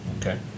Okay